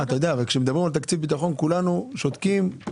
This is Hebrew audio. כשמדברים על תקציב ביטחון כולנו שותקים,